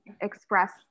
express